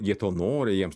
jie to nori jiem